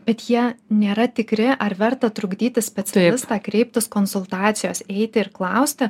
bet jie nėra tikri ar verta trukdyti specialistą kreiptis konsultacijos eiti ir klausti